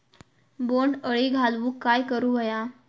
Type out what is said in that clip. बोंड अळी घालवूक काय करू व्हया?